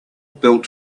built